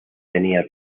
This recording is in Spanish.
tenía